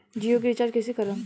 जियो के रीचार्ज कैसे करेम?